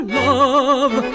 love